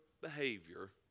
behavior